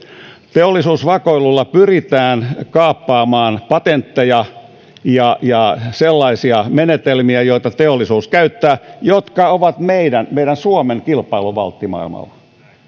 teollisuusvakoilulla pyritään kaappaamaan patentteja ja ja sellaisia menetelmiä joita teollisuus käyttää jotka ovat meidän meidän suomen kilpailuvaltti maailmalla